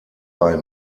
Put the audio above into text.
bei